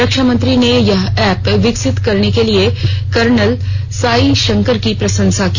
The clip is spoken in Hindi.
रक्षामंत्री ने यह ऐप विकसित करने के लिए कर्नल साई शंकर की प्रशंसा की